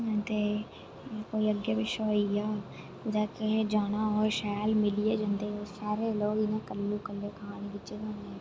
दे कोई अग्गै पिच्छै होई गेआ जा कुसै जाना होऐ शैल मिलियै जंदे शैह्रें दे लोक इ'यां कल्ले मकल्ले जाना गिज्झे दे होंदे